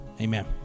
amen